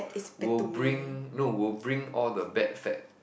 will bring no will bring all the bad fat